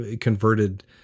converted